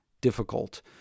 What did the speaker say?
difficult